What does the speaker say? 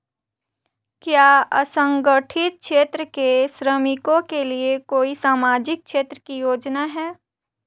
क्या असंगठित क्षेत्र के श्रमिकों के लिए कोई सामाजिक क्षेत्र की योजना है?